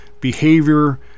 behavior